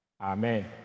Amen